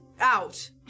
out